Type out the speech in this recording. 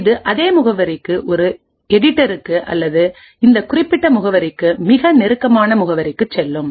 இது அதே முகவரிக்கு ஒரு எடிட்டருக்கு அல்லது இந்த குறிப்பிட்ட முகவரிக்கு மிக நெருக்கமான முகவரிக்குச் செல்லும்